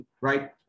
right